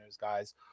guys